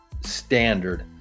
standard